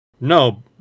No